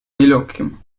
нелегким